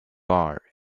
bar